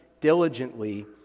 diligently